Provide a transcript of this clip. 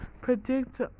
predict